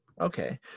Okay